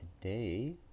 today